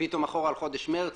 שפתאום אחורה על חודש מרץ